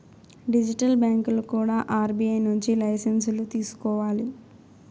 digital బ్యాంకులు కూడా RBI నుంచి లైసెన్సులు తీసుకోవాలి